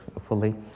fully